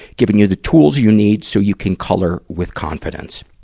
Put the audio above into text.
giving you the tools you need so you can color with confidence.